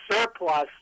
surplus